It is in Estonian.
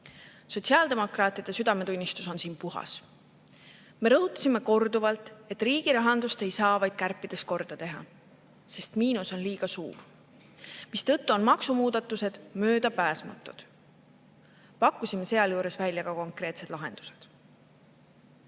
Sotsiaaldemokraatide südametunnistus on siin puhas. Me rõhutasime korduvalt, et riigi rahandust ei saa vaid kärpides korda teha, sest miinus on liiga suur, mistõttu on maksumuudatused möödapääsmatud. Pakkusime sealjuures välja ka konkreetsed lahendused. Samamoodi